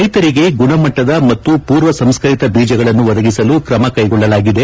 ರೈತರಿಗೆ ಗುಣಮಟ್ಟದ ಮತ್ತು ಪೂರ್ವ ಸಂಸ್ನ ರಿತ ಬೀಜಗಳನ್ನು ಒದಗಿಸಲು ಕ್ರಮ ಕೈಗೊಳ್ಳಲಾಗಿದೆ